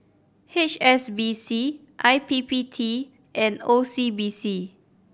H S B C I P P T and O C B C